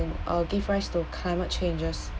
and uh give rise to climate changes